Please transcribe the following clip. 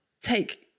take